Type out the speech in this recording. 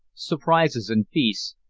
surprises and feasts,